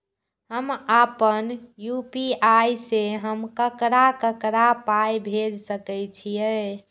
हम आपन यू.पी.आई से हम ककरा ककरा पाय भेज सकै छीयै?